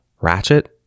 Ratchet